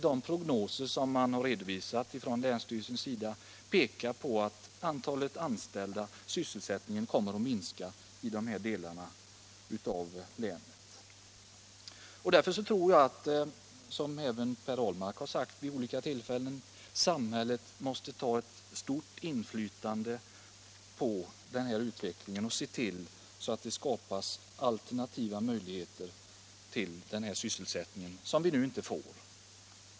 De prognoser som länsstyrelsen redovisat pekar nämligen på att sysselsättningen kommer att minska i dessa delar av länet. Jag tror att samhället, vilket också Per Ahlmark har sagt vid olika tillfällen, måste ha ett stort inflytande när det gäller utvecklingen och se till att det skapas alternativ till den sysselsättning som vi nu inte får.